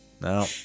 No